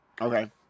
okay